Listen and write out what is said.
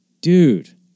Dude